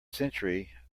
century